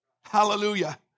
Hallelujah